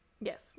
yes